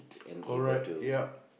correct ya